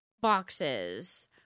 boxes